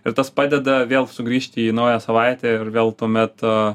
ir tas padeda vėl sugrįžti į naują savaitę ir vėl tuomet